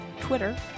Twitter